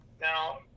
Now